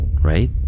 right